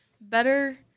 Better